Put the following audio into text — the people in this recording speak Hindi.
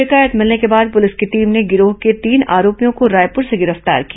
शिकायत मिलने के बाद पुलिस की टीम ने गिरोह के तीन आरोपियों को रायपुर से गिरफ्तार किया